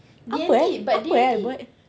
apa eh apa eh I buat